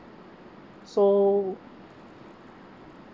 so